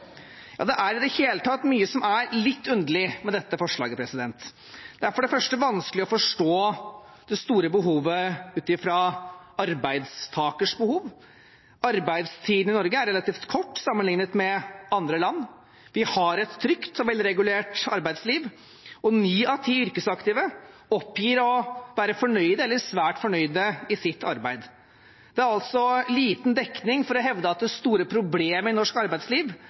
Det er i det hele tatt mye som er litt underlig med dette forslaget. Det er for det første vanskelig å forstå det store behovet ut fra arbeidstakers behov. Arbeidstiden i Norge er relativt kort sammenlignet med andre land. Vi har et trygt og velregulert arbeidsliv, og ni av ti yrkesaktive oppgir å være fornøyd eller svært fornøyd i sitt arbeid. Det er altså liten dekning for å hevde at det store problemet i norsk arbeidsliv